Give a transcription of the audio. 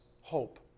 hope